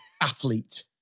Athlete